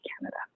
Canada